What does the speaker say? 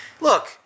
Look